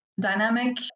dynamic